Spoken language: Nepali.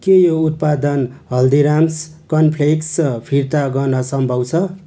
के यो उत्पादन हल्दीराम्स कर्नफ्लेक्स फिर्ता गर्न सम्भव छ